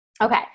Okay